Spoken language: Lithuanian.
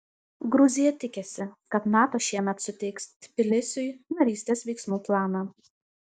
gruzija tikisi kad nato šiemet suteiks tbilisiui narystės veiksmų planą